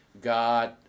God